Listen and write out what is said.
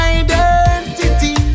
identity